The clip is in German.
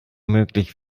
möglich